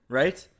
right